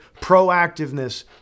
proactiveness